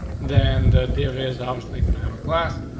then the deal is obviously gonna have a class.